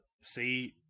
see